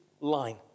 line